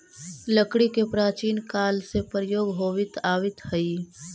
लकड़ी के प्राचीन काल से प्रयोग होवित आवित हइ